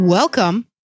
Welcome